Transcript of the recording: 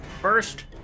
First